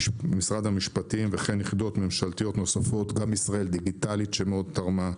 משרד המשפטים וכן יחידות שונות גם ישראל דיגיטלית שמאוד תרמה,